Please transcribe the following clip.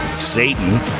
Satan